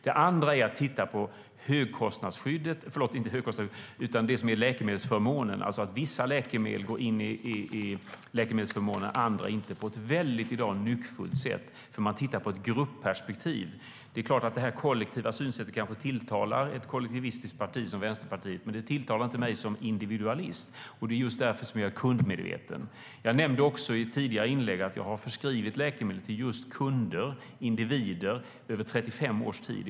Det andra är att titta på läkemedelsförmånen, alltså att vissa läkemedel ingår i läkemedelsförmånen och att andra inte gör det, på ett i dag mycket nyckfullt sätt, eftersom man tittar på ett grupperspektiv. Det är klart att det kollektiva synsättet kanske tilltalar ett kollektivistiskt parti som Vänsterpartiet. Men det tilltalar inte mig som individualist. Det är just därför som jag är kundmedveten. Jag nämnde också i ett tidigare inlägg att jag har förskrivit läkemedel till just kunder, individer, i över 35 års tid.